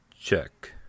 check